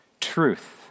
truth